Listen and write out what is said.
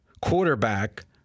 Quarterback